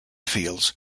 fields